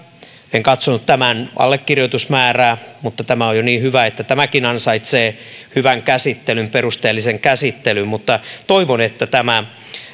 en katsonut tämän allekirjoitusmäärää mutta tämä on jo niin hyvä että tämäkin ansaitsee hyvän perusteellisen käsittelyn mutta toivon että tämä